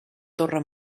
torre